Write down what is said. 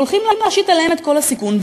הולכים להשית עליהם את כל הסיכון,